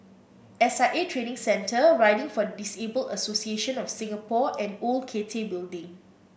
S I A Training Centre Riding for the Disabled Association of Singapore and Old Cathay Building